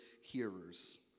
hearers